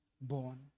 born